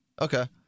Okay